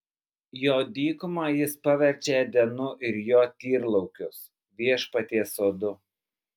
jo dykumą jis paverčia edenu ir jo tyrlaukius viešpaties sodu